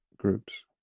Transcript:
groups